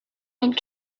and